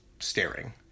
staring